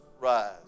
rise